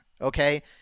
okay